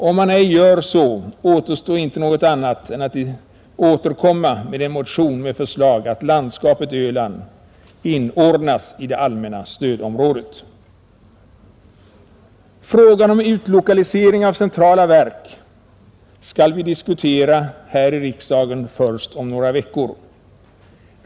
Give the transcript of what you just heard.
Om man ej gör så, återstår inte något annat än att återkomma med en motion med förslag att landskapet Öland inordnas i det allmänna stödområdet. Frågan om utlokalisering av centrala verk skall vi diskutera här i riksdagen först om några veckor.